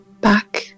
back